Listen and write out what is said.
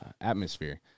atmosphere